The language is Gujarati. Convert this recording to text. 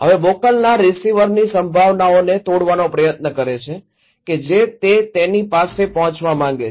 હવે મોકલનાર રીસીવરની સંભાવનાઓને તોડવાનો પ્રયત્ન કરે છે કે જે તે તેની પાસે પહોંચવા માંગે છે